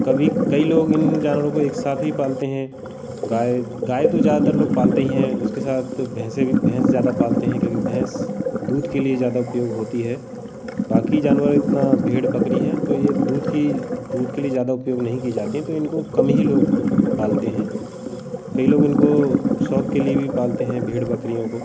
कभी कई लोग इन जानवरों को एक साथ भी पालते हैं गाय गाय तो ज़्यादातर लोग पालते ही हैं उसके साथ भैंसें भी भैंस ज़्यादा पालते हैं क्योंकि भैंस दूध के लिए ज़्यादा उपयोग होती है बाकी जानवर इतना भेड़ बकरी हैं तो ये दूध की दूध के लिए ज़्यादा उपयोग नहीं की जाती हैं तो इनको कम ही लोग पालते हैं कई लोग इनको शौक़ के लिए भी पालते हैं भेड़ बकरियों को